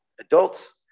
Adults